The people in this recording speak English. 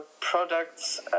products